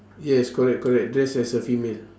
yes correct correct dress as a female